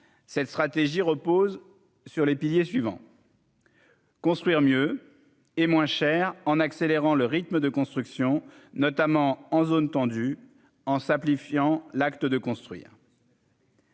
cette stratégie repose sur les piliers suivants. Et. Construire mieux et moins cher, en accélérant le rythme de construction, notamment en zone tendue en simplifiant l'acte de construire.